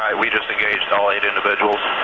we just engaged all eight individuals.